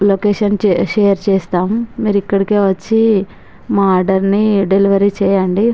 location share share చేస్తాము మీరు ఇక్కడికే వచ్చి మా ఆర్డర్ ని డెలివరీ చేయండి